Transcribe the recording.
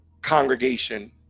congregation